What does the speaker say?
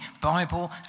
Bible